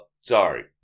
Sorry